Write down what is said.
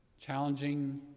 Challenging